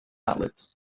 outlets